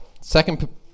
Second